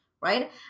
right